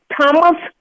Thomas